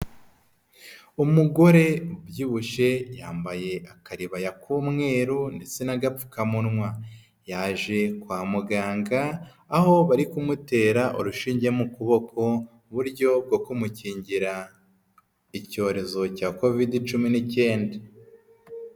Umugore ubyibushye yambaye akaribaya k'umweru ndetse n'agapfukamunwa, yaje kwa muganga aho bari kumutera urushinge mu kuboko, mu buryo bwo ku mukingira icyorezo cya Kovide cumi n'icyenda.